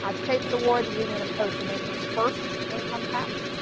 ah to pay for the war, the union imposed the nation's first income tax,